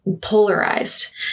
polarized